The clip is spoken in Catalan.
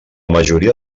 majoria